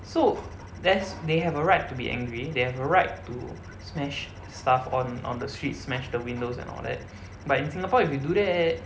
so there's they have a right to be angry they have a right to smash stuff on on the streets smash the windows and all that but in Singapore if you do that